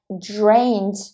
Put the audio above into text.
drained